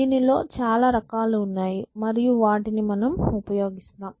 దీనిలో చాలా రకాలు ఉన్నాయి మరియు వాటిని మనం ఉపయోగిస్తాం